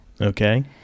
Okay